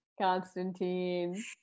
Constantine